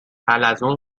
حلزون